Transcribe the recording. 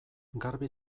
garbi